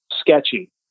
sketchy